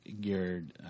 geared